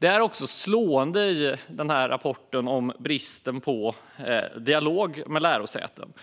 I rapporten är dessutom bristen på dialog med lärosätena slående.